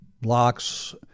blocks